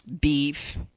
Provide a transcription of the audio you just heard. beef